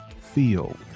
field